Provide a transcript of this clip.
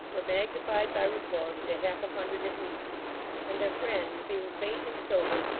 were magnified by report into half-a-hundred at least and their friends, being faint and sober,